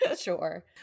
Sure